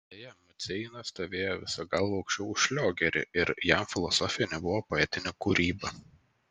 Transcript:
deja maceina stovėjo visa galva aukščiau už šliogerį ir jam filosofija nebuvo poetinė kūryba